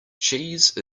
cheese